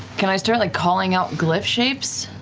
can i start like calling out glyph shapes?